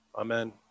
Amen